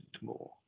more